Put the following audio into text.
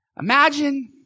Imagine